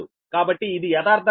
కాబట్టి ఇది యదార్ధంగా 0